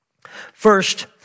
First